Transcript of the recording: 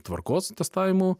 tvarkos testavimų